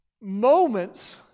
moments